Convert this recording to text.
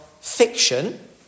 fiction